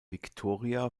victoria